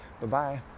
Bye-bye